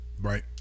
Right